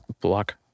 block